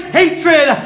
hatred